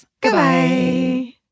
Goodbye